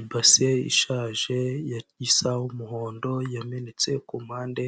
Ibase ishaje, isa umuhondo, yamenetse, ku mpande